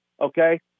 okay